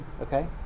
okay